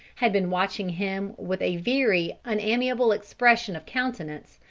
had been watching him with a very unamiable expression of countenance,